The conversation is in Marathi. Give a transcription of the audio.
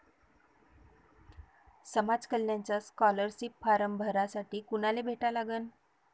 समाज कल्याणचा स्कॉलरशिप फारम भरासाठी कुनाले भेटा लागन?